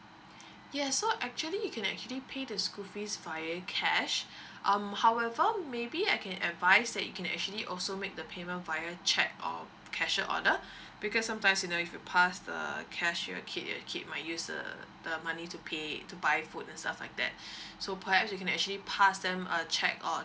yes so actually you can actually pay the school fees via cash um however maybe I can advise that you can actually also make the payment via cheque or cashier order because sometimes you know if you pass the cash your kid your kid might use the the money to pay to buy food and stuff like that so perhaps you can actually pass them a cheque or